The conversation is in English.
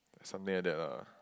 something like that lah